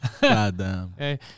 Goddamn